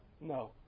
No